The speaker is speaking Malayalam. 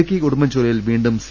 ഇടുക്കി ഉടുമ്പൻചോലയിൽ വീണ്ടും സി